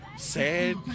sad